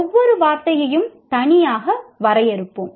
ஒவ்வொரு வார்த்தையையும் தனித்தனியாக வரையறுப்போம்